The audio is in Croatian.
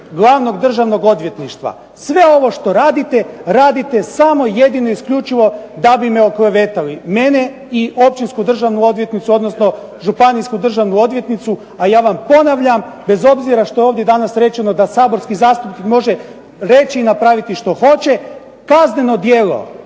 glavnog državnog odvjetništva. Sve ovo što radite, radite samo i jedino isključivo da bi me oklevetali mene i općinsku državnu odvjetnicu odnosno županijsku državnu odvjetnicu. A ja vam ponavljam bez obzira što je ovdje danas rečeno da saborski zastupnik može reći i napraviti što hoće, kazneno djelo